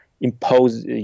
impose